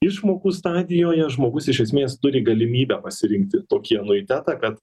išmokų stadijoje žmogus iš esmės turi galimybę pasirinkti tokį anuitetą kad